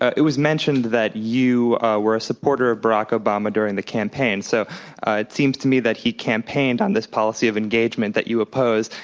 it was mentioned that you were a supporter of barack obama during the campaign so it seems to me that he campaigned on this policy of engagement that you oppose,